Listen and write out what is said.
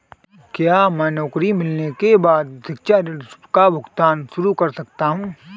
क्या मैं नौकरी मिलने के बाद शिक्षा ऋण का भुगतान शुरू कर सकता हूँ?